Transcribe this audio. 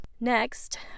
Next